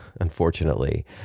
Unfortunately